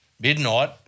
midnight